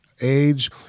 age